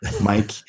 Mike